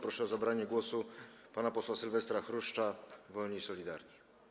Proszę o zabranie głosu pana posła Sylwestra Chruszcza, Wolni i Solidarni.